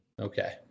Okay